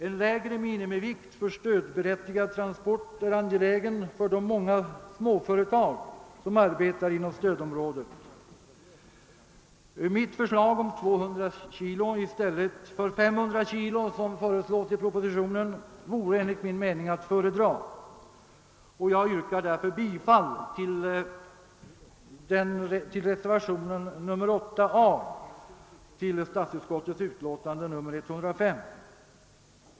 En lägre minimivikt för stödberättigad transport är angelägen för de många småföretag som arbetar inom stödområdet. Mitt förslag om 200 kg i stället för 500 kg som föreslås i propositionen vore enligt min mening att föredra. Jag yrkar därför bifall till reservationen 8 a till statsutskottets utlåtande nr 105.